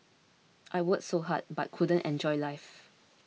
I worked so hard but couldn't enjoy life